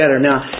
Now